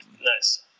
Nice